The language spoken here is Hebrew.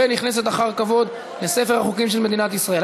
ונכנסת אחר כבוד לספר החוקים של מדינת ישראל.